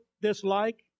dislike